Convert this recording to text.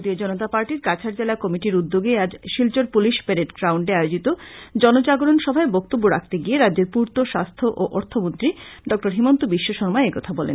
ভারতীয় জনতা পার্টির কাছাড় জেলা কমিটির উদ্যোগে আজ শিলচর পুলিশ প্যারেড গ্রাউন্ডে আয়োজিত জন জাগরন সভায় বক্তব্য রাখতে গিয়ে রাজ্যের পূর্ত্ত সাস্থ্য ও অর্থ মন্ত্রী ডক্টর হিমন্ত বিশ্ব শর্মা একথা বলেন